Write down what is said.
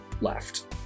left